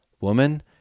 Woman